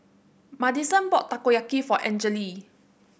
Madisen bought Takoyaki for Angele